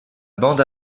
bande